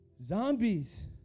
Zombies